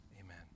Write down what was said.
Amen